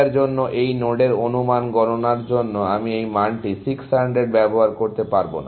এটার জন্য এই নোডের অনুমান গণনার জন্য আমি এই মানটি 600 ব্যবহার করতে পারব না